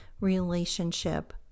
relationship